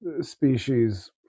species